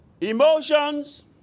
Emotions